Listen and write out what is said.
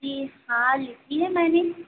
जी हाँ लिखी है मैंने